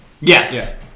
Yes